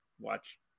watch